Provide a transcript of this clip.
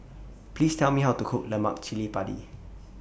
Please Tell Me How to Cook Lemak Cili Padi